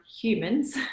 humans